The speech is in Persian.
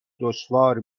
دشوار